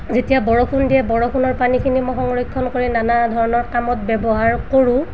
যেতিয়া বৰষুণ দিয়ে বৰষুণৰ পানীখিনি মই সংৰক্ষণ কৰি নানা ধৰণৰ কামত ব্যৱহাৰ কৰোঁ